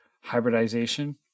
hybridization